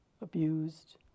abused